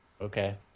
Okay